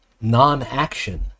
non-action